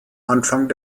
anfang